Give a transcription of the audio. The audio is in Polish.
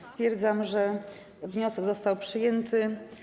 Stwierdzam, że wniosek został przyjęty.